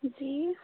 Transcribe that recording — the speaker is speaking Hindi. जी